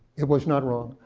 it was not wrong.